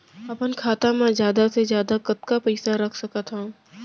अपन खाता मा जादा से जादा कतका पइसा रख सकत हव?